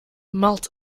melt